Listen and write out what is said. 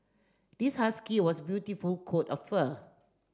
this husky was beautiful coat of fur